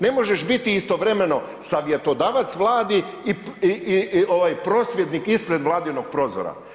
Ne možeš biti istovremeno savjetodavac Vladi i ovaj prosvjednik ispred Vladinog prozora.